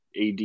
AD